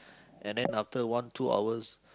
and then after one two hours